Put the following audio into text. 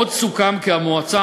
עוד סוכם כי המועצה,